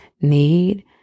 need